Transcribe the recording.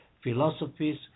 philosophies